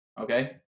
okay